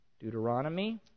Deuteronomy